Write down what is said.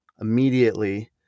immediately